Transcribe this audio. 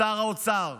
לשר האוצר,